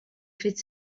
fet